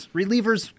relievers